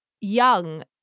young